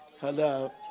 Hello